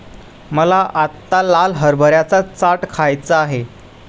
मला आत्ता लाल हरभऱ्याचा चाट खायचा आहे